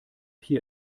hier